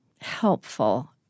helpful